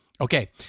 Okay